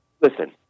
Listen